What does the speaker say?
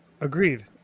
Agreed